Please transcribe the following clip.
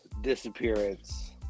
disappearance